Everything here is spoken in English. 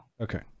Okay